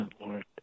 Lord